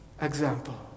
example